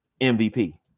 MVP